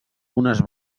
unes